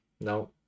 no